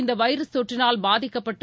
இந்த வைரஸ் தொற்றினால் பாதிக்கப்பட்டு